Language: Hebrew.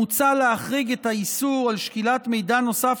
מוצע להחריג את האיסור על שקילת מידע נוסף